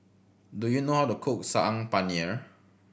do you know how to cook Saag Paneer